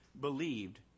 believed